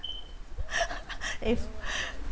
if